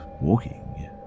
walking